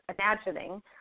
imagining